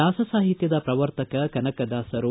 ದಾಸ ಸಾಹಿತ್ಯದ ಪ್ರವರ್ತಕ ಕನಕದಾಸರು